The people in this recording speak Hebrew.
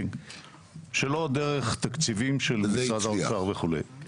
שלא דרך תקציבים של משרד האוצר וכולה.